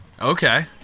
Okay